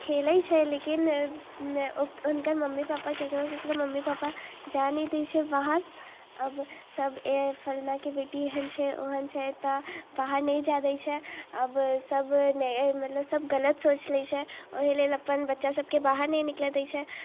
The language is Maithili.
खेलै छै लेकिन ओ हुनकर मम्मी पापा ककरो ककरो मम्मी पापा जाइ नहि दै छै बाहर आब सब ए फल्लाँके बेटी एहन छै ओहन छै तऽ बाहर नहि जाइ दै छै आब सब नहि मतलब सब गलत सोचि लै छै ओहिलेल अपन बच्चासबके बाहर नहि निकलऽ दै छै